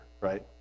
right